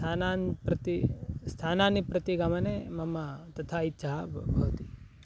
स्थानानि प्रति स्थानानि प्रति गमने मम तथा इच्छा भव् भवति